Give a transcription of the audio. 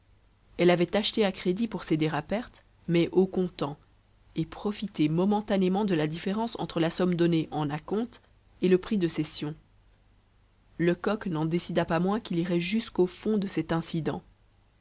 elle avait acheté à crédit pour céder à perte mais au comptant et profiter momentanément de la différence entre la somme donnée en à-compte et le prix de cession lecoq n'en décida pas moins qu'il irait jusqu'au fond de cet incident